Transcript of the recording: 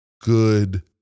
Good